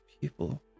people